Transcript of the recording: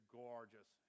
gorgeous